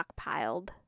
stockpiled